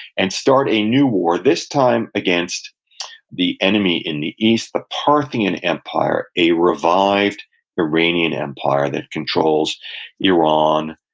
and start a new war, this time against the enemy in the east, the parthian empire, a revived iranian empire that controls iran,